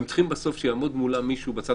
והם צריכים בסוף שיעמוד מולם מישהו בצד